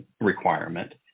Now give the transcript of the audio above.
requirement